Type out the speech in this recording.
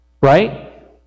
Right